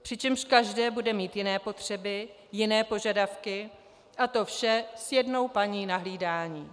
Přičemž každé bude mít jiné potřeby, jiné požadavky a to vše s jednou paní na hlídání.